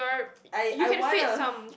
I I want a